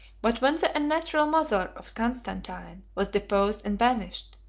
but when the unnatural mother of constantine was deposed and banished,